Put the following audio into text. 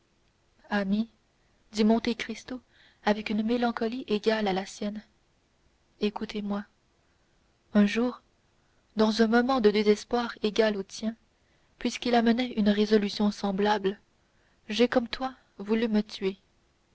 ami dit monte cristo avec une mélancolie égale à la sienne écoutez-moi un jour dans un moment de désespoir égal au tien puisqu'il amenait une résolution semblable j'ai comme toi voulu me tuer